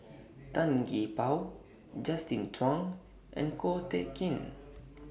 Tan Gee Paw Justin Zhuang and Ko Teck Kin